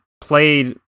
played